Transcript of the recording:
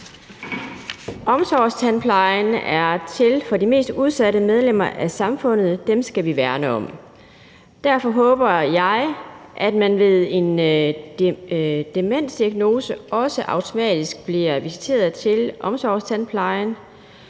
Omsorgstandplejen er til for de mest udsatte medlemmer af samfundet. Dem skal vi værne om. Derfor håber jeg, at man ved en demensdiagnose også automatisk bliver visiteret til omsorgstandplejen.